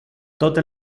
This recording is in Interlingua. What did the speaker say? tote